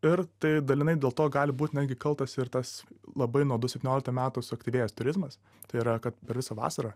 ir tai dalinai dėl to gali būt netgi kaltas ir tas labai nuo du septynioliktų metų suaktyvėjęs turizmas tai yra kad per visą vasarą